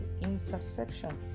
interception